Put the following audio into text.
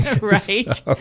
Right